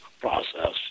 process